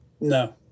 No